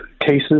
cases